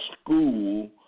school